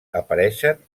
apareixen